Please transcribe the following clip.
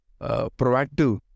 proactive